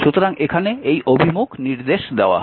সুতরাং এখানে এই অভিমুখ নির্দেশ দেওয়া হয়